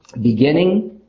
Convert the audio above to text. beginning